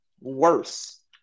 worse